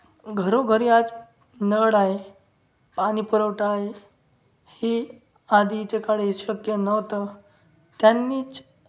घरोघरी आज नळ आहे पाणी पुरवठा आहे ही आधीच्या काळी शक्य नव्हतं त्यांनीच